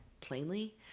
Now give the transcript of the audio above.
plainly